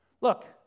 Look